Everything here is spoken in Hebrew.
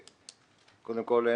קודם כול,